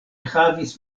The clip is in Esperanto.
havis